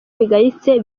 bigayitse